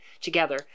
together